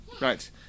right